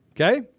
okay